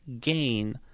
gain